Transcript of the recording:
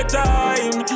time